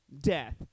death